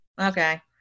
okay